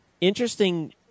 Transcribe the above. Interesting